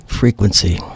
frequency